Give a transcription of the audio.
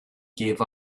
gave